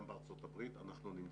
גם בארצות הברית אנחנו נמצאים